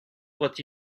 doit